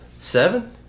Seven